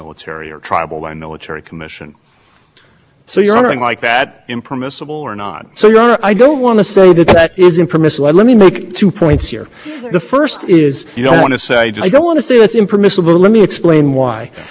and decide the precise limits in a case that doesn't present them right for the government to make i'm really puzzled why we are here with this very difficult very important very cutting